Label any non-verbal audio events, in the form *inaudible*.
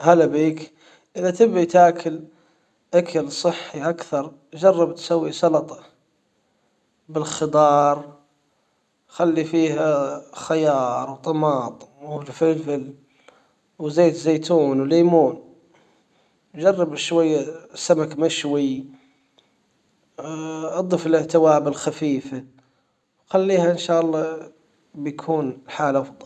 هلا بيك اذا تبي تاكل اكل صحي اكثر جرب تسوي سلطة بالخضار خلي فيها خيار وطماطم والفلفل وزيت زيتون وليمون جرب شوية سمك مشوي *hesitation* اضف له توابل خفيفة خليها ان شاء الله بيكون حال افضل